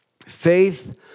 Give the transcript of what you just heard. Faith